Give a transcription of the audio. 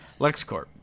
lexcorp